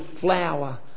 flower